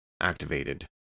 activated